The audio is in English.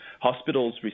Hospitals